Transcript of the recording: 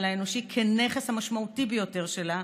האנושי כנכס המשמעותי ביותר שלה,